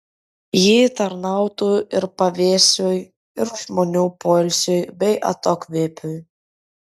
ji tarnautų ir pavėsiui ir žmonių poilsiui bei atokvėpiui